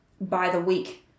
by-the-week